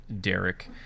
Derek